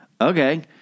Okay